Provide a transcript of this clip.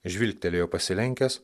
žvilgtelėjo pasilenkęs